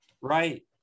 Right